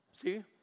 See